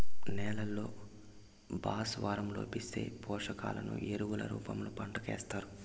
నేలల్లో భాస్వరం లోపిస్తే, పోషకాలను ఎరువుల రూపంలో పంటకు ఏస్తారు